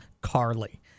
Carly